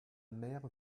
mère